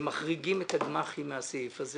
שמחריגים את הגמ"חים מהסעיף הזה